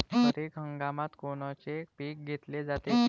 खरिप हंगामात कोनचे पिकं घेतले जाते?